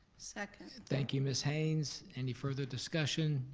second. thank you, miss haynes. any further discussion?